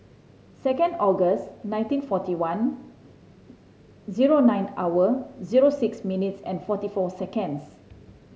second August nineteen forty one zero nine hour zero six minutes and forty four seconds